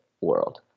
world